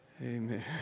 Amen